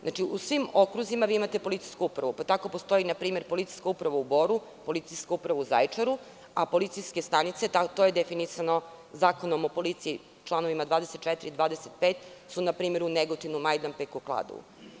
Znači, u svim okruzima vi imate policijsku upravu, pa tako postoji, na primer, policijska uprava u Boru, policijska uprava u Zaječaru, a policijske stanice, to je definisano Zakonom o policiji članovima 24. i 25, su na primer u Negotinu, Majdanpeku, Kladovu.